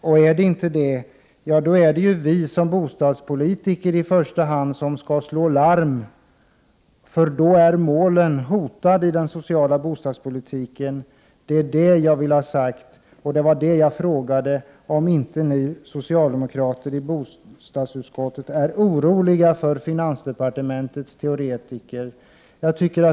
Och är det inte motiverat — då är det ju i första hand vi som politiker som skall slå larm, för då är målen i den sociala bostadspolitiken hotade. Jag frågade om inte ni socialdemokrater i bostadsutskottet är oroliga för finansdepartementets teoretiker.